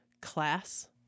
class